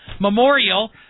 Memorial